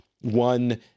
one